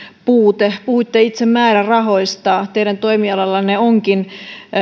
puute puhuitte itse määrärahoista teidän toimialallanne onkin